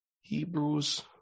Hebrews